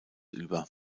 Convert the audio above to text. über